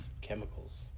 chemicals